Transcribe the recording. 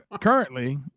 currently